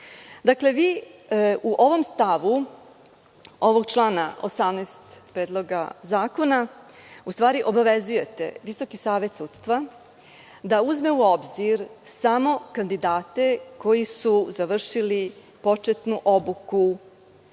vi u ovom stavu ovog člana 18. Predloga zakona u stvari obavezujete Visoki savet sudstva da uzme u obzir samo kandidate koji su završili početnu obuku